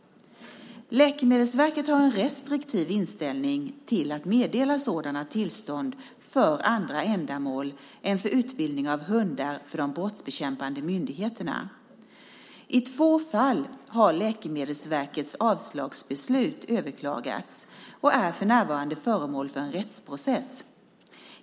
Läkemedelsverket har en restriktiv inställning till att meddela sådana tillstånd för andra ändamål än för utbildning av hundar för de brottsbekämpande myndigheterna. I två fall har Läkemedelsverkets avslagsbeslut överklagats och är för närvarande föremål för en rättsprocess.